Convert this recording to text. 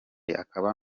akaba